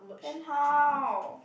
then how